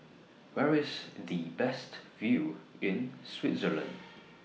Where IS The Best View in Switzerland